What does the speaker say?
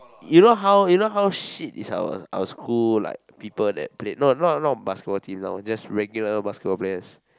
you know how you know how shit is our our school like people that played no not basketball teams ah just regular basketball players